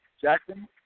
Jackson